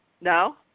No